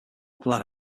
glad